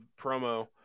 promo